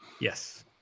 Yes